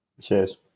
Cheers